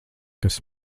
kas